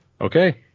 Okay